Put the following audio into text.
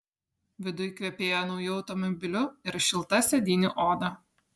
viduj kvepėjo nauju automobiliu ir šilta sėdynių oda